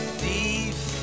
thief